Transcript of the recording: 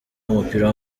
w’umupira